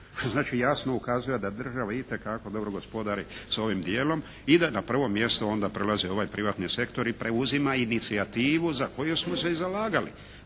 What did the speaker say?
znači jasno ukazuje da država itekako dobro gospodari sa ovim dijelom i da na prvo mjesto onda prelazi ovaj privatni sektor i preuzima inicijativu za koju smo se i zalagali,